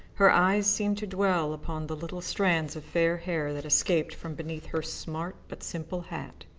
her eyes seemed to dwell upon the little strands of fair hair that escaped from beneath her smart but simple hat,